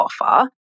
offer